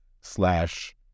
slash